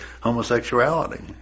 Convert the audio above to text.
homosexuality